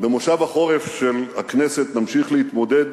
בכנס החורף של הכנסת נמשיך להתמודד